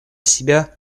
себя